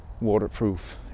waterproof